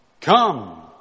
come